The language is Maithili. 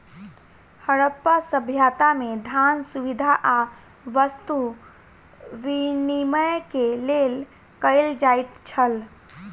हरप्पा सभ्यता में, धान, सुविधा आ वस्तु विनिमय के लेल कयल जाइत छल